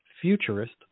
futurist